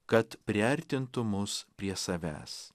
kad priartintų mus prie savęs